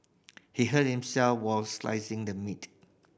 he hurt himself while slicing the meat